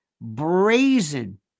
brazen